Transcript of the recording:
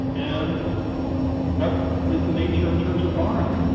and what is the nature of church authority.